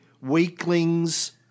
weaklings